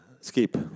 Skip